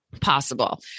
possible